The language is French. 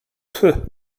peuh